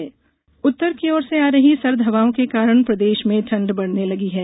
मौसम उत्तर की ओर से आ रही सर्द हवाओं के कारण प्रदेश में ठंड बढ़ने लगी है